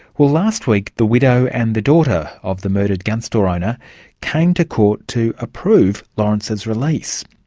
well, last week the widow and the daughter of the murdered gun store owner came to court to approve lawrence's release.